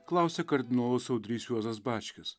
klausė kardinolas audrys juozas bačkis